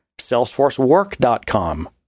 salesforcework.com